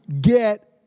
get